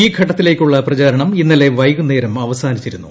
ഈ ഘട്ടത്തിലേക്കുള്ള പ്രചാരണം ഇന്നലെ വൈകു ന്നേരം അവസാനിച്ചിരുന്നു